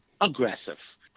aggressive